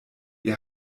ihr